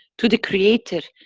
to the creator,